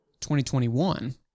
2021